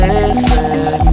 Listen